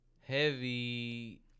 Heavy